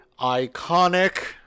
iconic